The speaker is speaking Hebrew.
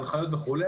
ההנחיות וכו',